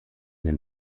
den